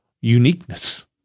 uniqueness